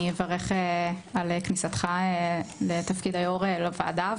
אני אברך על כניסתך לתפקיד היו"ר לוועדה,